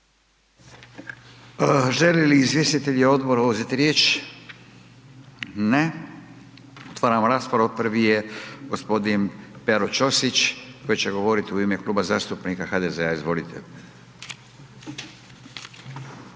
Žele li izvjestitelji odbora uzeti riječ? Ne. Otvaram raspravu. Prvi na redu je gospodin Branko Bačić koji će govoriti u ime Kluba zastupnika HDZ-a. Izvolite.